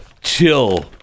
chill